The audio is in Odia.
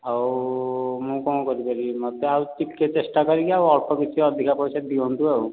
ଆଉ ମୁଁ କ'ଣ କରି ପାରିବି ମୋତେ ଆଉ ଟିକିଏ ଚେଷ୍ଟା କରିକି ଆଉ ଅଳ୍ପ କିଛି ଅଧିକା ପଇସା ଦିଅନ୍ତୁ ଆଉ